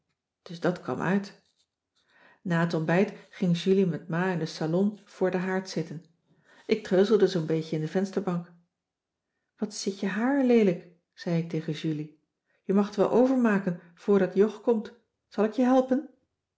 dus dat kwam uit na het ontbijt ging julie met ma in den salon voor den haard zitten ik treuzelde zoo'n beetje in de vensterbank wat zit je haar leelijk zei ik tegen julie je mag t wel overmaken voordat jog komt zal ik je helpen